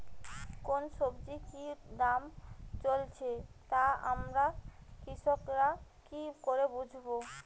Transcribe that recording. কোন সব্জির কি দাম চলছে তা আমরা কৃষক রা কি করে বুঝবো?